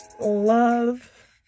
love